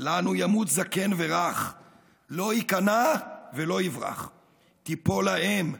// לנו ימות זקן ורך / לא ייכנע ולא יברח / תיפול האם,